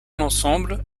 l’ensemble